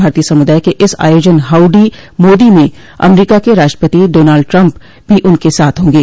भारतीय समुदाय के इस आयोजन हाउडी मोदी में अमरीका के राष्ट्रपति डॉनल्ड ट्रम्प भी उनके साथ होंगे